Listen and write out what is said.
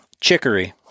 chicory